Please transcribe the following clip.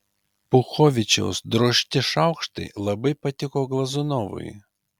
puchovičiaus drožti šaukštai labai patiko glazunovui